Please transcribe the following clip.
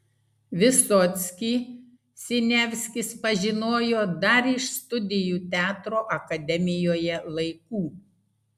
vysockį siniavskis pažinojo dar iš studijų teatro akademijoje laikų